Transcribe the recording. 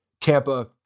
Tampa